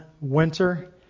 winter